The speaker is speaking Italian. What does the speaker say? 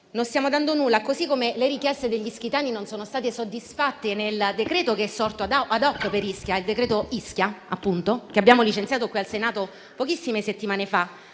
non stiamo dando nulla, così come le richieste degli ischitani non sono state soddisfatte nel decreto-legge emanato *ad hoc* per Ischia, il decreto Ischia appunto, che abbiamo licenziato qui al Senato pochissime settimane fa.